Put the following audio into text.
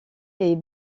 est